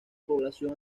población